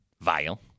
vile